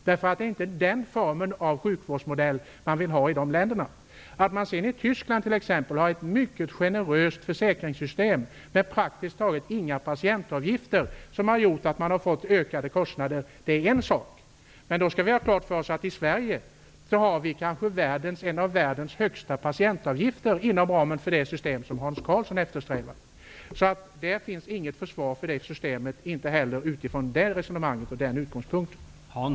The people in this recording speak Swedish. Det är inte den sjukvårdsmodellen man vill ha i de länderna. Att man sedan i t.ex. Tyskland har ett mycket generöst försäkringssystem med praktiskt taget inga patientavgifter, vilket gjort att man har fått ökade kostnader, det är en annan sak. Men då skall vi ha klart för oss att vi i Sverige har kanske världens högsta patientavgifter inom ramen för det system som Hans Karlsson eftersträvar. Det finns alltså inget försvar för det systemet ens från den utgångspunkten.